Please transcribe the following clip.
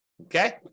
okay